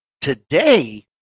today